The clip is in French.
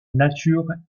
nature